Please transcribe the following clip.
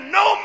no